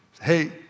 Hey